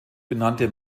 benannte